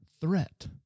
threat